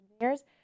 engineers